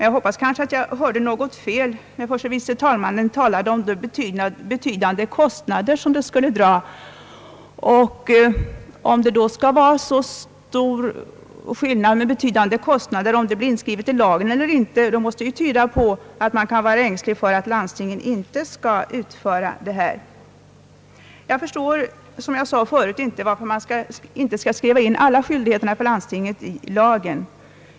Jag hoppas att jag hörde fel när herr förste vice talmannen talade om de betydande kostnader som skulle uppstå. Om det skulle bli så stor skillnad och betydande kostnader om det blev inskrivet i lagen, måste det tyda på att man kan vara ängslig för att landstingen inte skall utföra detta. Som jag sade förut förstår jag inte varför man inte skulle skriva in alla skyldigheter för landstingen i lagen.